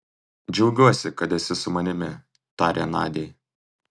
džiaugiuosi kad esi su manimi tarė nadiai